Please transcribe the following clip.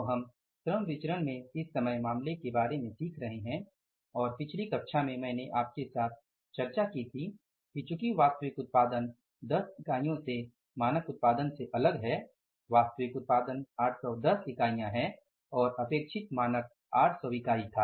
तो हम श्रम विचरण में इस समग्र मामले के बारे में सीख रहे हैं और पिछली कक्षा में मैंने आपके साथ चर्चा की थी कि चूंकि वास्तविक उत्पादन 10 इकाइयों से मानक उत्पादन से अलग है वास्तविक उत्पादन 810 है और अपेक्षित मानक 800 इकाई था